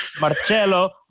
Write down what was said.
Marcelo